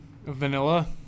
Vanilla